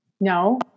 no